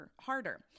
harder